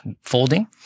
folding